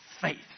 faith